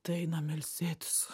tai einam ilsėtis